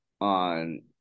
on